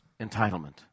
entitlement